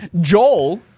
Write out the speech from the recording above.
Joel